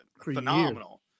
phenomenal